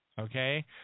okay